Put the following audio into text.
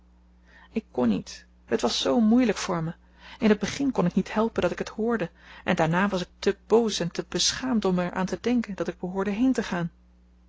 ik kon niet het was zoo moeilijk voor me in het begin kon ik niet helpen dat ik het hoorde en daarna was ik te boos en te beschaamd om er aan te denken dat ik behoorde heen te gaan